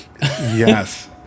Yes